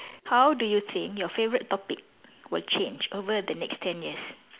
how do you think your favorite topic will change over the next ten years